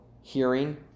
hearing